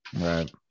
Right